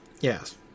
Yes